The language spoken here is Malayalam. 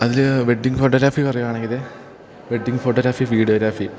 അതിൽ വെഡ്ഡിംഗ് ഫോട്ടോഗ്രഫി പറയുകയാണെങ്കിൽ വെഡ്ഡിംഗ് ഫോട്ടോഗ്രാഫി വീഡിയോഗ്രാഫി